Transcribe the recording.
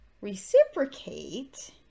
reciprocate